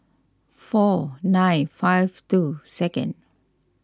four nine five two second